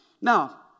Now